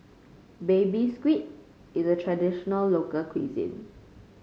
Baby Squid is a traditional local cuisine